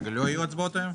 לא יהיו הצבעות היום?